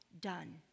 done